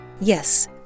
Yes